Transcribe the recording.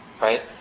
Right